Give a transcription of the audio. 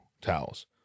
towels